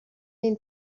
این